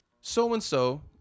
so-and-so